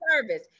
service